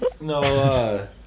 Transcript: No